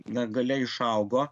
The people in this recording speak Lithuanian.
na galia išaugo